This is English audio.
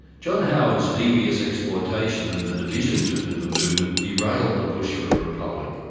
john howard's devious exploitation of the divisions within the movement derailed the push for a republic,